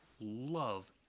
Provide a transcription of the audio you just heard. love